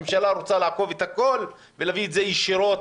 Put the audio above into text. הממשלה רוצה לעקוף את הכול ולהביא את זה ישירות